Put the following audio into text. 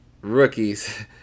rookies